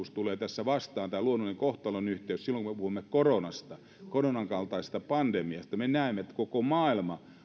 tulee vastaan tämä luonnollinen kohtalonyhteys silloin kun me puhumme koronasta koronan kaltaisesta pandemiasta me näemme että koko maailma